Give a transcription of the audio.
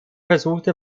versuchte